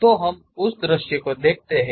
तो हम उस दृश्य को देखते हैं